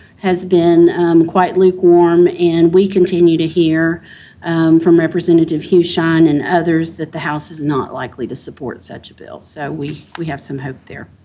has been quite lukewarm, and we continue to hear from representative hugh shine and others that the house is not likely to support such a bill, so, we we have some hope there.